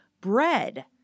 bread